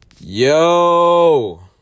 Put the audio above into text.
yo